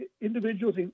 individuals